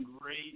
great